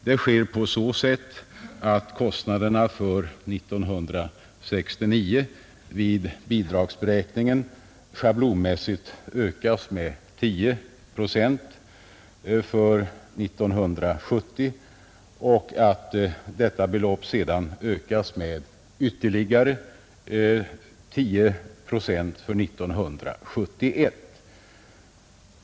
Det sker på så sätt att kostnaderna för 1969 vid bidragsberäkningen schablonmässigt ökas med 10 procent för 1970 och att detta belopp sedan ökas med ytterligare 10 procent för 1971.